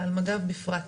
ועל מג"ב בפרט.